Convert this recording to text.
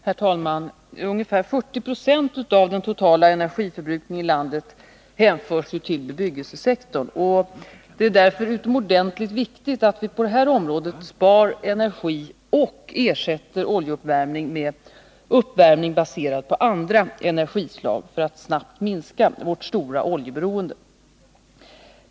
Herr talman! Ungefär 40 26 av den totala energiförbrukningen i landet hänförs till bebyggelsesektorn. Det är därför utomordentligt viktigt att vi på detta område sparar energi och ersätter oljeuppvärmning med uppvärmning baserad på andra energislag för att snabbt minska vårt stora oljeberoende.